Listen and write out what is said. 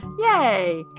Yay